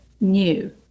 new